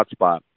hotspot